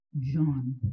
John